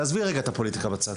תעזבי את הפוליטיקה בצד.